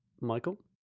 Michael